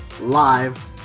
live